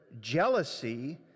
jealousy